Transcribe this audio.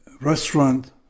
restaurant